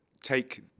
take